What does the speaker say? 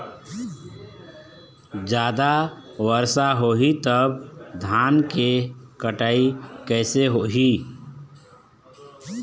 जादा वर्षा होही तब धान के कटाई कैसे होही?